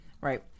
Right